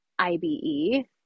IBE